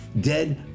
dead